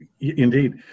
Indeed